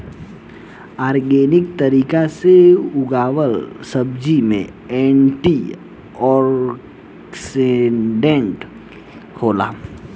organic तरीका से उगावल सब्जी में एंटी ओक्सिडेंट होला